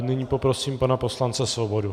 Nyní poprosím pana poslance Svobodu.